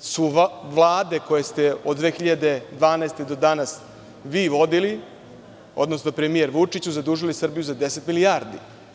su vlade koje ste od 2012. godine do danas vi vodili, odnosno premijer Vučić, zadužile Srbiju za 10 milijardi.